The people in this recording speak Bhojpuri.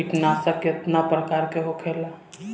कीटनाशक केतना प्रकार के होला?